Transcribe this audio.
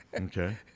Okay